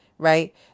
Right